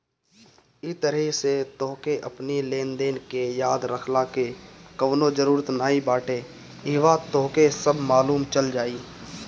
इ तरही से तोहके अपनी लेनदेन के याद रखला के कवनो जरुरत नाइ बाटे इहवा तोहके सब मालुम चल जाई